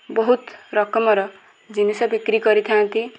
ବହୁତ ରକମର ଜିନିଷ ବିକ୍ରି କରିଥାନ୍ତି